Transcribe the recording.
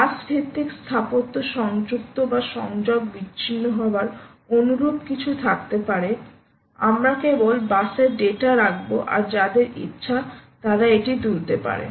বাস ভিত্তিক স্থাপত্য সংযুক্ত বা সংযোগ বিচ্ছিন্ন হওয়ার অনুরূপ কিছু থাকতে পারে আমরা কেবল বাসে ডেটা রাখবো আর যাদের ইচ্ছা তারা এটি তুলতে পারে